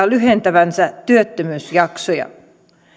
lyhentävänsä työttömyysjaksoja